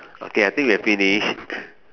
okay I think we have finished